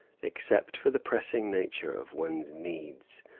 except for the pressing nature of one's needs,